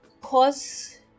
Cause